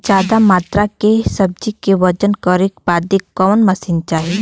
ज्यादा मात्रा के सब्जी के वजन करे बदे कवन मशीन चाही?